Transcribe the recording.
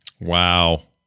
Wow